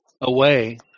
away